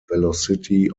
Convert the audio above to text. velocity